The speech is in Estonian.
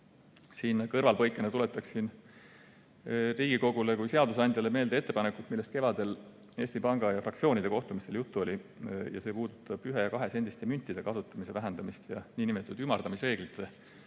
Siin kõrvalpõikena tuletaksin Riigikogule kui seadusandjale meelde ettepanekut, millest kevadel Eesti Panga ja fraktsioonide kohtumisel juttu oli. See puudutab ühe- ja kahesendiste müntide kasutamise vähendamist ja nn ümardamisreeglite